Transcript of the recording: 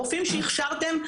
הרופאים שהכשרתם,